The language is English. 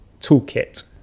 toolkit